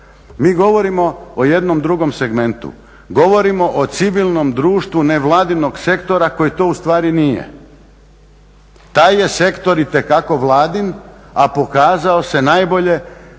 Mi govorimo o jednom drugom segmentu, govorimo o civilnom društvu nevladinog sektora koji to ustvari nije. Taj je sektor itekako Vladin, a pokazao se najbolje